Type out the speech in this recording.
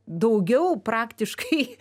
daugiau praktiškai